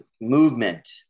movement